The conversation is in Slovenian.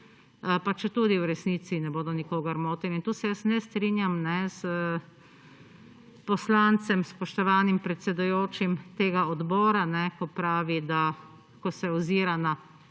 pa četudi v resnici ne bodo nikogar motile. In tu se jaz ne strinjam s poslancem, spoštovanim predsedujočim tega odbora, ko pravi, da ko se ozira na